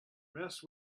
rest